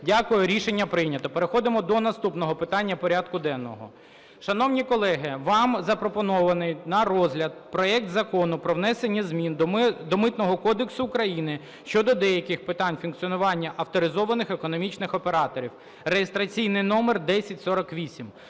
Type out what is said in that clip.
Дякую. Рішення прийнято. Переходимо до наступного питання порядку денного. Шановні колеги, вам запропонований на розгляд проект Закону про внесення змін до Митного кодексу України щодо деяких питань функціонування авторизованих економічних операторів (реєстраційний номер 1048).